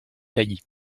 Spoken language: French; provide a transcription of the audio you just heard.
taillis